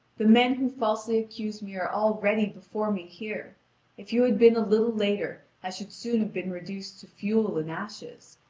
the men who falsely accuse me are all ready before me here if you had been a little later i should soon have been reduced to fuel and ashes.